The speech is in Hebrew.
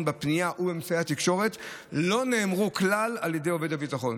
בפנייה ובאמצעי התקשורת לא נאמרו כלל על ידי עובד הביטחון.